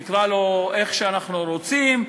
נקרא לו איך שאנחנו רוצים,